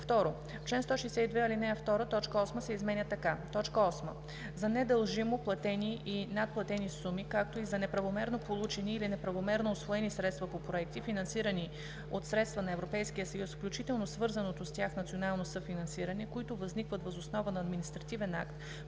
така: „8. за недължимо платени и надплатени суми, както и за неправомерно получени или неправомерно усвоени средства по проекти, финансирани от средства на Европейския съюз, включително свързаното с тях национално съфинансиране, които възникват въз основа на административен акт,